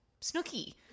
Snooky